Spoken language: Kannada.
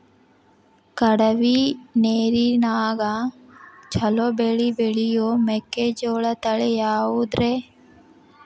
ಕಡಮಿ ನೇರಿನ್ಯಾಗಾ ಛಲೋ ಬೆಳಿ ಬೆಳಿಯೋ ಮೆಕ್ಕಿಜೋಳ ತಳಿ ಯಾವುದ್ರೇ?